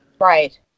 Right